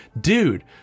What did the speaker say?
Dude